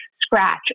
scratch